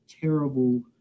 terrible